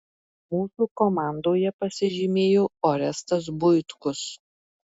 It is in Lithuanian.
mūsų komandoje pasižymėjo orestas buitkus